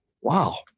Wow